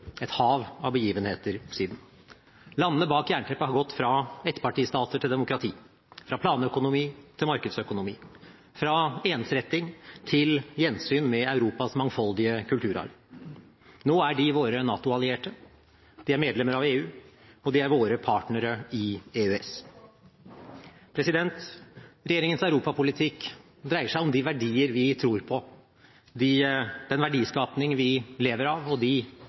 et hav av begivenheter siden – landene bak jernteppet har gått fra ettpartistater til demokrati, fra planøkonomi til markedsøkonomi, fra ensretting til gjensyn med Europas mangfoldige kulturarv. Nå er de våre NATO-allierte, de er medlemmer av EU, og de er våre partnere i EØS. Regjeringens europapolitikk dreier seg om de verdier vi tror på, den verdiskaping vi lever av, og de